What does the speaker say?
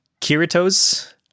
Kirito's